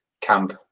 camp